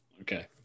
Okay